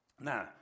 now